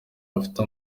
afite